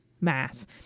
mass